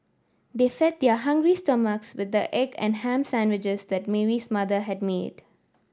they fed their hungry stomachs with the egg and ham sandwiches that Mary's mother had made